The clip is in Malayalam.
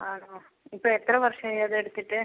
ആണോ ഇപ്പം എത്ര വർഷമായി അത് എടുത്തിട്ട്